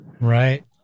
Right